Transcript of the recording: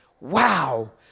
Wow